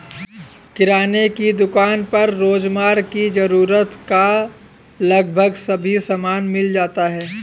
किराने की दुकान पर रोजमर्रा की जरूरत का लगभग सभी सामान मिल जाता है